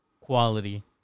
quality